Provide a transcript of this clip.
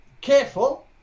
careful